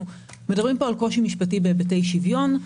אנחנו מדברים פה על קושי משפטי בהיבטי שוויון.